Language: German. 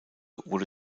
wurde